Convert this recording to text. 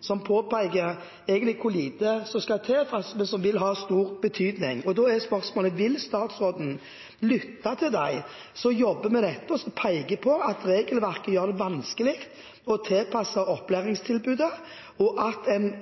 som påpeker hvor lite som egentlig skal til, og som vil ha stor betydning. Da er spørsmålet: Vil statsråden lytte til dem som jobber med dette, og som peker på at regelverket gjør det vanskelig å tilpasse opplæringstilbudet, og at en